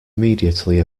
immediately